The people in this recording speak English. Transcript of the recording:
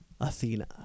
Athena